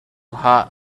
hot